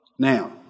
Now